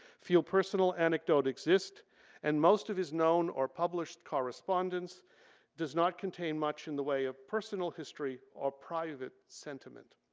feel personal personal anecdote exist and most of his known or published correspondence does not contain much in the way of personal history or private sentiment.